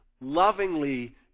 Lovingly